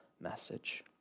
message